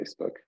Facebook